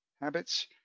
habits